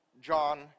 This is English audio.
John